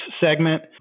segment